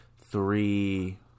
three